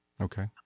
Okay